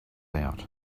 out